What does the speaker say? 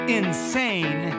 insane